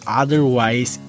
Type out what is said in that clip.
otherwise